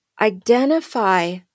identify